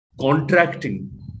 Contracting